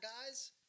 guys